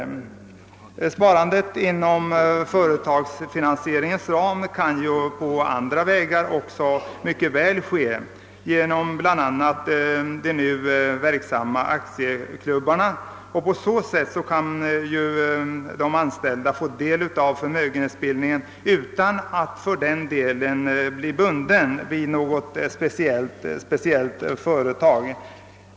Ett sparande inom företagsfinansieringens ram kan ju också mycket väl äga rum på andra vägar, bl.a. genom de nu verksamma aktieklubbarna. På detta sätt kan de anställda få del av förmögenhetsbildningen utan att fördenskull vara bundna vid något speciellt företag.